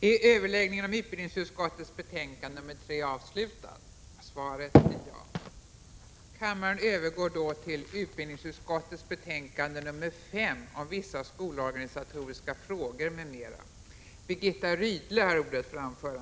Kammaren övergår nu till att debattera utbildningsutskottets betänkande 5 om vissa skolorganisatoriska frågor m.m.